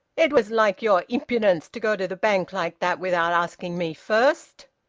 it was like your impudence to go to the bank like that without asking me first!